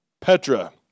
Petra